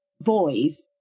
boys